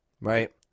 right